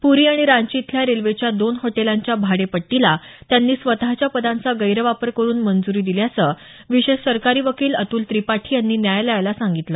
पुरी आणि रांची इथल्या रेल्वेच्या दोन हॉटेलांच्या भाडेपट्टीला त्यांनी स्वतःच्या पदांचा गैरवापर करुन मंजुरी दिल्याचं विशेष सरकारी वकील अतुल त्रिपाठी यांनी न्यायालयाला सांगितलं